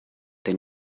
den